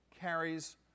carries